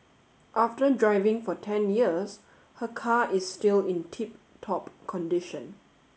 after driving for ten years her car is still in tip top condition